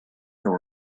there